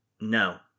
No